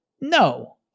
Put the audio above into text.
No